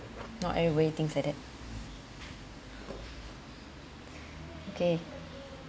not everybody thinks like that okay